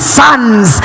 sons